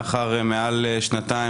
לאחר מעל שנתיים,